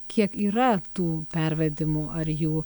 kiek yra tų pervedimų ar jų